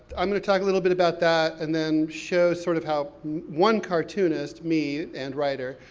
i'm going to talk a little bit about that, and then show sort of how one cartoonist, me, and writer,